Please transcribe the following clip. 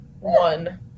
one